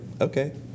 okay